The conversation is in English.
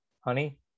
honey